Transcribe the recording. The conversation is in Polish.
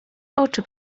oczy